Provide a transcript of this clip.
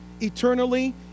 eternally